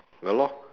ya lor